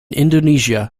indonesia